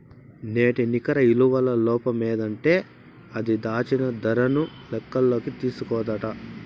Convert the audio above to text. నేటి నికర ఇలువల లోపమేందంటే అది, దాచిన దరను లెక్కల్లోకి తీస్కోదట